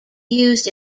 used